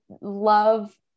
love –